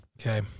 Okay